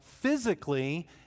physically